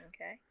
Okay